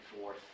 forth